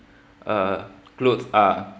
uh clothes